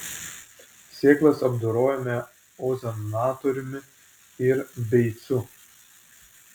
sėklas apdorojome ozonatoriumi ir beicu